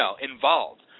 involved